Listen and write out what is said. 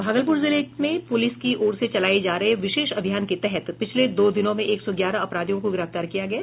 भागलपुर जिले में पुलिस की ओर से चलाए जा रहे विशेष अभियान के तहत पिछले दो दिनों में एक सौ ग्यारह अपराधियों को गिरफ्तार किया गया है